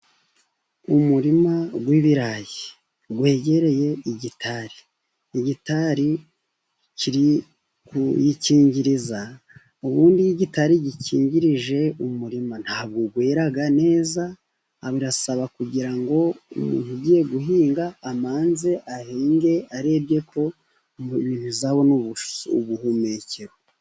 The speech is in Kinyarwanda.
Umurima w'ibirayi wegereye igitari, igitari kiri kuwukingiriza, ubundi iyo igitari gikingirije umurima ntabwo wera neza, birasaba kugira ngo umuntu ugiye guhinga, amanze ahinge arebye ko bizabona ubuhumekero.